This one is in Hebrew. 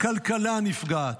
הכלכלה נפגעת.